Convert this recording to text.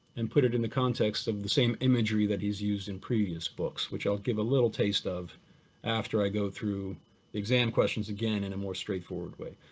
and put it in the context of the same imagery that he's used in previous books, which i'll give a little taste of after i go through exam questions again in a more straightforward way.